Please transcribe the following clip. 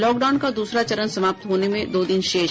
lockdown का दूसरा चरण समाप्त होने में दो दिन शेष